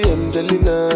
Angelina